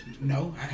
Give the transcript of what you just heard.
no